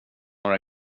några